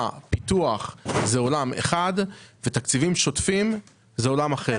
פיתוח הוא עולם אחד ותקציבים שוטפים הוא עולם אחר.